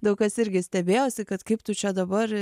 daug kas irgi stebėjosi kad kaip tu čia dabar